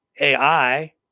AI